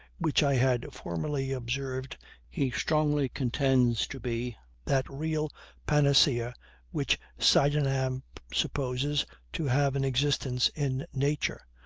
which i had formerly observed he strongly contends to be that real panacea which sydenham supposes to have an existence in nature,